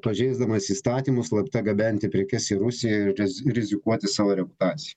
pažeisdamas įstatymus slapta gabenti prekes į rusiją ir rizikuoti savo reputacija